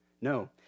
No